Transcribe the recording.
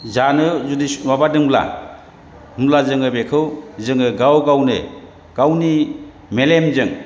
जानो जुदि माबादोंब्ला होनब्ला जोङो बेखौ जोङो गाव गावनो गावनि मेलेमजों